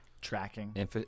tracking